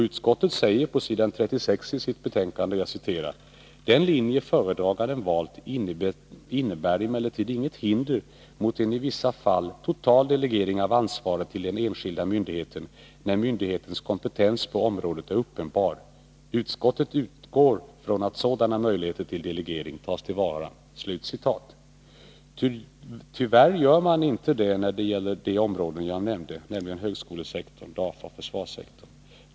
Utskottet säger på s. 36 i sitt betänkande: ”Den linje föredraganden valt innebär emellertid inget hinder mot en i vissa fall närmast total delegering av ansvaret till den enskilda myndigheten, när myndighetens kompetens på området är uppenbar. Utskottet utgår från att sådana möjligheter till delegering tas till vara.” Tyvärr gör man inte det när det gäller de områden som jag nämnde, nämligen högskolesektorn, DAFA och försvarssektorn.